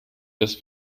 das